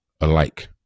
alike